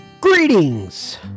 Greetings